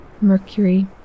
Mercury